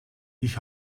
ich